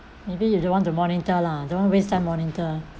maybe you don't want to monitor lah don't waste time monitor